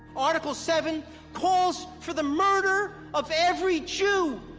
article seven calls for the murder of every jew!